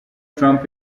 trump